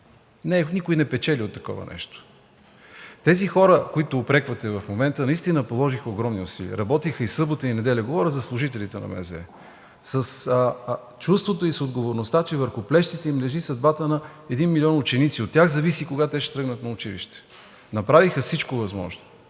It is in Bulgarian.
Никой не печели от такова нещо. Тези хора, които упреквате в момента, наистина положиха огромни усилия. Работиха събота и неделя – говоря за служителите на Министерството на здравеопазването, с чувството и с отговорността, че върху плещите им лежи съдбата на 1 милион ученици. От тях зависи кога те ще тръгнат на училище. Направиха всичко възможно.